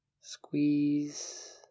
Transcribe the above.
Squeeze